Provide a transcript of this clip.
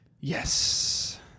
Yes